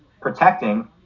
protecting